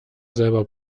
selber